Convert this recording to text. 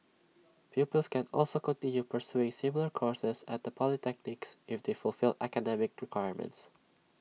pupils can also continue pursuing similar courses at the polytechnics if they fulfil academic requirements